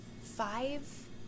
Five